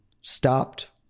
stopped